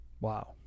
Wow